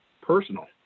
personal